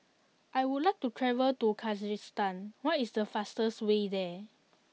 I would like to travel to Kyrgyzstan what is the fastest way there